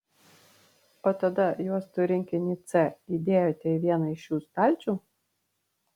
o tada juostų rinkinį c įdėjote į vieną iš šių stalčių